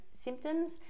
symptoms